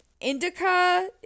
indica